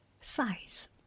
size